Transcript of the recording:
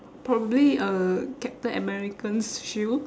probably uh captain american's shield